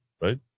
right